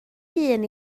hun